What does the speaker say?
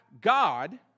God